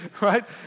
right